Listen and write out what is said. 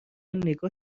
نگاه